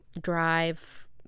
Drive